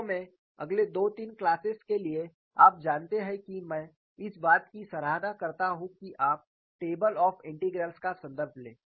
वास्तव में अगले दो तीन क्लासेस के लिए आप जानते हैं कि मैं इस बात की सराहना करता हूँ कि आप टेबल ऑफ़ इन्टेग्रल्स का संदर्भ लें